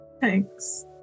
Thanks